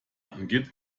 angeht